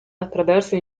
attraverso